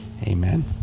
Amen